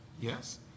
Yes